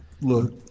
look